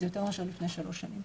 זה יותר מאשר לפני שלוש שנים.